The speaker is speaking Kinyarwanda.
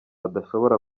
adashobora